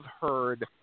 heard